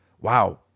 Wow